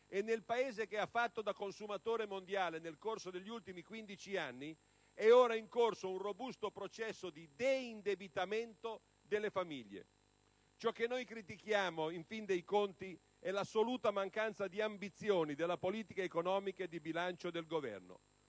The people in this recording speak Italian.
nel Paese che ha fatto da consumatore mondiale nel corso degli ultimi 15 anni è ora in corso un robusto processo di deindebitamento delle famiglie. Ciò che noi critichiamo in fin dei conti è l'assoluta mancanza di ambizioni della politica economica e di bilancio del Governo.